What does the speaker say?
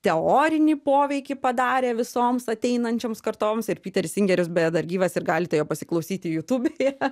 teorinį poveikį padarė visoms ateinančioms kartoms ir piteris singeris beje dar gyvas ir galite jo pasiklausyti jutūbėje